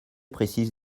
précise